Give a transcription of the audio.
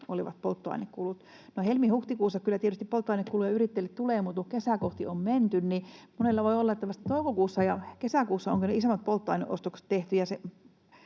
olevat polttoainekulut. No, helmi—huhtikuussa kyllä tietysti polttoainekuluja yrittäjille tulee, mutta kun kesää kohti on menty, niin monella voi olla, että vasta toukokuussa ja kesäkuussa on kyllä isommat polttoaineostokset tehty,